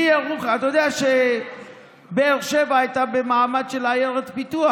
אתה יודע שבאר שבע הייתה במעמד של עיירת פיתוח?